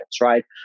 right